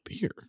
beer